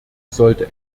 sollte